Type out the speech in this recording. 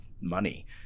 money